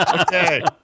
Okay